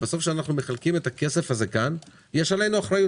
כאשר אנחנו מחלקים את הכסף הזה כאן יש עלינו אחריות